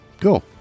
cool